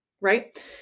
right